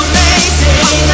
Amazing